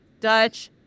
Dutch